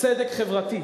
צדק חברתי.